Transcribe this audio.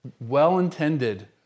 Well-intended